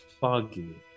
foggy